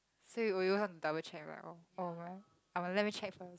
so you will you have to double check right oh oh what I will let me check first